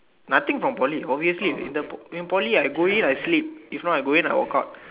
nothing from Poly obviously it's in the in Poly I go in I sleep if not I go in I walk out